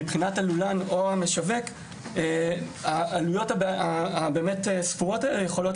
מבחינת הלולן או המשווק העלויות הספורות האלה יכולות